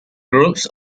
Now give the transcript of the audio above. groups